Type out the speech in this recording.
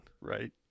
Right